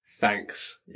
Thanks